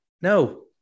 no